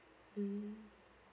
mm